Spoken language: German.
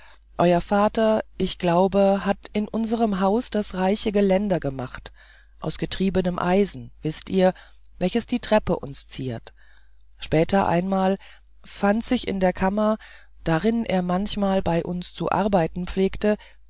euer vater ich glaube hat in unserem haus das reiche geländer gemacht aus getriebenem eisen wißt ihr welches die treppe uns ziert später einmal fand sich in der kammer darin er manchmal bei uns zu arbeiten pflegte